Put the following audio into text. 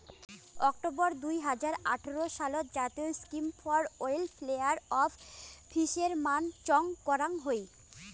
October দুই হাজার আঠারো সালত জাতীয় scheme for welfare of fishermen চং করং হই